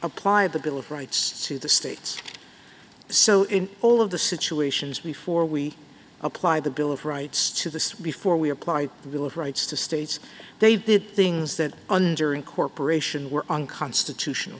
apply the bill of rights to the states so in all of the situations before we apply the bill of rights to the sui for we apply the bill of rights to states they did things that under incorporation were unconstitutional